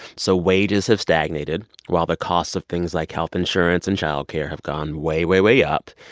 so wages have stagnated while the costs of things like health insurance and child care have gone way, way, way up.